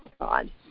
God